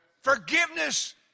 Forgiveness